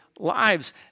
lives